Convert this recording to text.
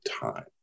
time